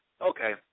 okay